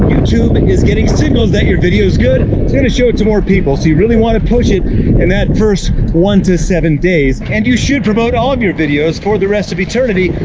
youtube and is getting signals that your video's good, it's gonna show it to more people. so you really wanna push it in that first one to seven days. and you should promote all of your videos for the rest of eternity,